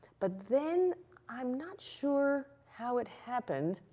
but then i'm not sure how it happened,